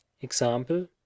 example